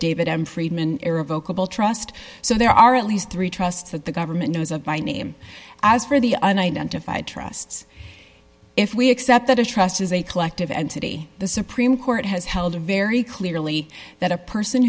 david m friedman era vocal trust so there are at least three trusts that the government knows of by name as for the unidentified trusts if we accept that a trust as a collective entity the supreme court has held a very clearly that a person